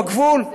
בגבול,